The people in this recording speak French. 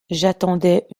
j’attendais